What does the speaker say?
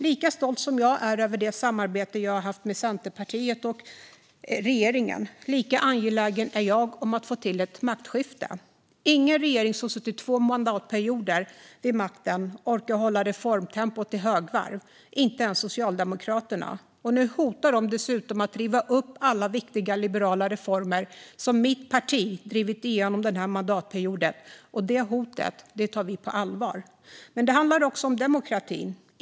Lika stolt som jag är över det samarbete jag har haft med Centerpartiet och regeringen, lika angelägen är jag om att få till ett maktskifte. Ingen regering som har suttit vid makten i två mandatperioder orkar hålla ett högt reformtempo, inte ens Socialdemokraterna. Nu hotar de dessutom att riva upp alla viktiga liberala reformer som mitt parti har drivit igenom under den här mandatperioden, och det hotet tar vi på allvar. Det handlar också om demokratin.